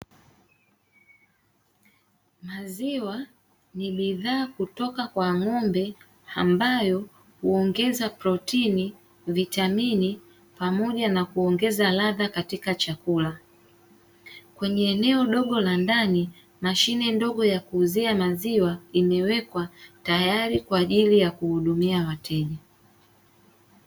Maziwa ni bidhaa kutoka kwa ng`ombe ambayo huongeza protini, vitamini pamoja na kuongeza radha katika chakula. Kwenye eneo dogo la ndani mashine ndogo ya kuuzia maziwa imewekwa tayari, kwa ajili ya kuhudumia wateja.